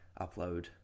upload